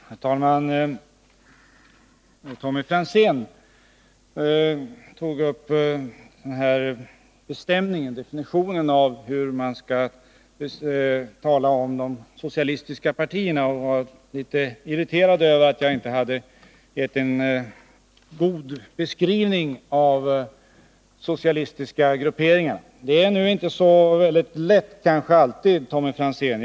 Herr talman! Tommy Franzén tog upp definitionen av de socialistiska partierna och var litet irriterad över att jag inte hade gett en god beskrivning av socialistiska grupperingar. Det är emellertid inte alltid så alldeles lätt.